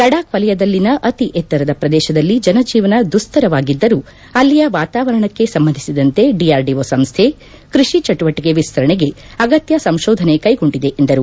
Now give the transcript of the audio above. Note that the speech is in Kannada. ಲಡಾಕ್ ವಲಯದಲ್ಲಿನ ಅತಿ ಎತ್ತರದ ಪ್ರದೇಶದಲ್ಲಿ ಜನಜೀವನ ದುಸ್ತರವಾಗಿದ್ದರೂ ಅಲ್ಲಿಯ ವಾತಾವರಣಕ್ಕೆ ಸಂಬಂಧಿಸಿದಂತೆ ಡಿಆರ್ಡಿಟ ಸಂಸ್ನೆ ಕ್ರಷಿ ಚಟುವಟಿಕೆ ವಿಸ್ತರಣೆಗೆ ಅಗತ್ಯ ಸಂಶೋಧನೆ ಕೈಗೊಂಡಿದೆ ಎಂದರು